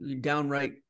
downright